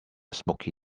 smoky